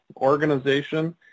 organization